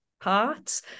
parts